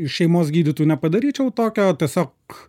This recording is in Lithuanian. iš šeimos gydytų nepadaryčiau tokio tiesiog